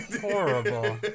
horrible